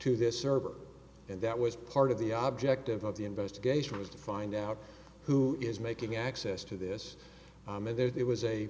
to this server and that was part of the object of the investigation was to find out who is making access to this and there